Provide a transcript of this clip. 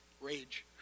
rage